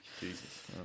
Jesus